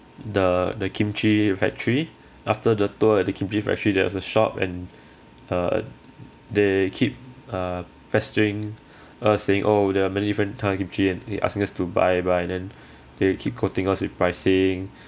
the the kimchi factory after the tour at the kimchi factory there was a shop and uh they keep uh pestering us saying oh there are many different type of kimchi and he asking us to buy buy then they keep quoting us with pricing